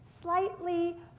slightly